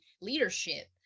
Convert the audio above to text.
leadership